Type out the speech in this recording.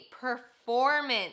performance